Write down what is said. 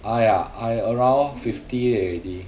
I ah I around fifty already